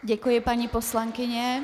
Děkuji, paní poslankyně.